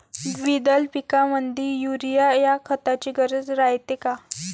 द्विदल पिकामंदी युरीया या खताची गरज रायते का?